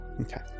Okay